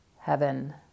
heaven